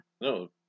No